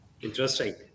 Interesting